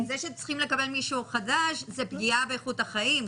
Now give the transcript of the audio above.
זה שהם צריכים לקבל מישהו חדש זו פגיעה באיכות החיים.